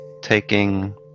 taking